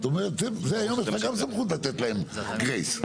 זאת אומרת, זה נותן לך גם סמכות לתת להם חסד.